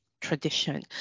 tradition